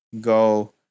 go